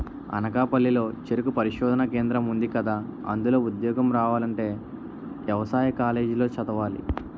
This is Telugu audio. అనకాపల్లి లో చెరుకు పరిశోధనా కేంద్రం ఉందికదా, అందులో ఉద్యోగం రావాలంటే యవసాయ కాలేజీ లో చదవాలి